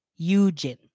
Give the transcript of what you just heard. Yujin